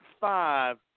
five